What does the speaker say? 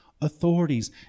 authorities